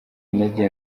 intege